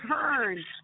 turn